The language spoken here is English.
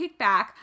kickback